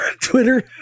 Twitter